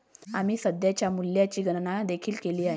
आम्ही सध्याच्या मूल्याची गणना देखील केली आहे